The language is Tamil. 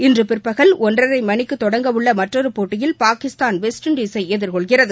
இன்று பிற்பகல் ஒன்றரை மணிக்கு தொடங்க உள்ள மற்றொரு போட்டியில் பாகிஸ்தான் வெஸ்ட் இண்டீஸை எதிர்கொள்கிறது